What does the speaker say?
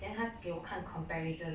then 她给我看 comparison